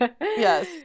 Yes